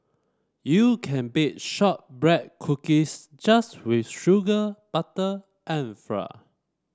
you can bake shortbread cookies just with sugar butter and flour